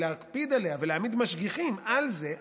להקפיד עליה ולהעמיד משגיחים על זה,